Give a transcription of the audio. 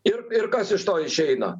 ir ir kas iš to išeina